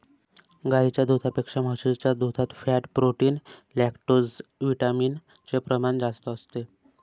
गाईच्या दुधापेक्षा म्हशीच्या दुधात फॅट, प्रोटीन, लैक्टोजविटामिन चे प्रमाण जास्त असते